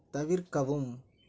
தவிர்க்கவும்